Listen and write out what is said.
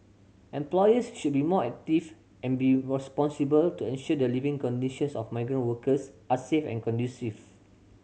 employers should be more active and be responsible to ensure the living conditions of migrant workers are safe and conducive